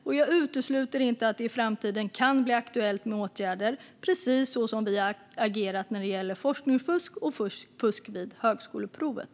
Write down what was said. Och jag utesluter inte att det i framtiden kan bli aktuellt med åtgärder, precis så som vi agerat när det gällt forskningsfusk och fusk vid högskoleprovet.